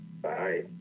Bye